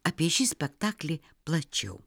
apie šį spektaklį plačiau